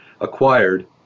acquired